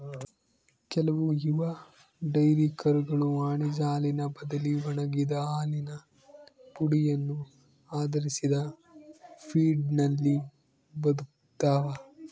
ಕೆಲವು ಯುವ ಡೈರಿ ಕರುಗಳು ವಾಣಿಜ್ಯ ಹಾಲಿನ ಬದಲಿ ಒಣಗಿದ ಹಾಲಿನ ಪುಡಿಯನ್ನು ಆಧರಿಸಿದ ಫೀಡ್ನಲ್ಲಿ ಬದುಕ್ತವ